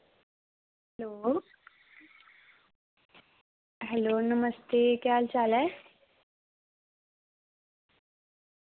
hello hello नमस्ते केह् हाल चाल ऐ